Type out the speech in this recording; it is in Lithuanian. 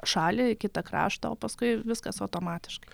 šalį kitą kraštą o paskui viskas automatiškai